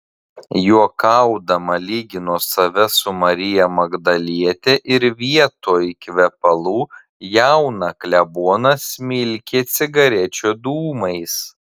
juokaudama lygino save su marija magdaliete ir vietoj kvepalų jauną kleboną smilkė cigarečių dūmais